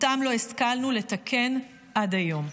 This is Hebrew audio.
שאותה לא השכלנו לתקן עד היום.